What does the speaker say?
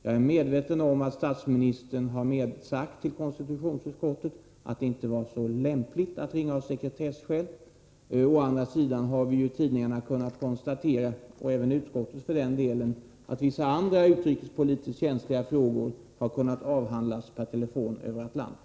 Jag är medveten om att statsministern har sagt i konstitutionsutskottet att det av sekretesskäl inte var så lämpligt att ringa. Å andra sidan har vi i tidningarna kunnat konstatera — och även i utskottet för den delen — att vissa andra utrikespolitiskt känsliga frågor har kunnat avhandlas per telefon över Atlanten.